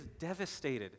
devastated